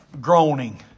groaning